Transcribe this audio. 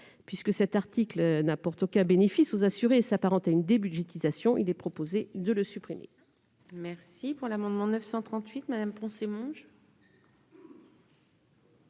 Puisque cet article n'apporte aucun bénéfice aux assurés, il s'apparente à une débudgétisation ; il est donc proposé de le supprimer.